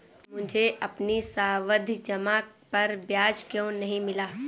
मुझे अपनी सावधि जमा पर ब्याज क्यो नहीं मिला?